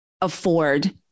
afford